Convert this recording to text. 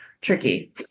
tricky